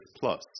plus